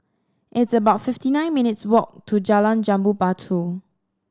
it's about fifty nine minutes' walk to Jalan Jambu Batu